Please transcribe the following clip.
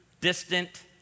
Distant